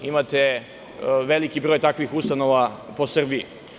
Imate veliki broj takvih ustanova po Srbiji.